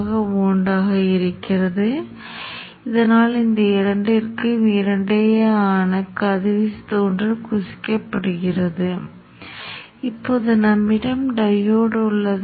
இப்போது உங்களுக்குத் தெரிந்த சுற்றின் இந்தப் பகுதியானது மைய மீட்டமை ஃப்ரீவீலிங் சுற்று ஆகும் நம்மிடம் மின்தடை மற்றும் டையோடு உள்ளது